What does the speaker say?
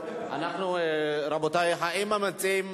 רבותי, האם המציעים